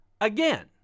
Again